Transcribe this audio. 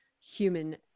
human